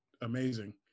amazing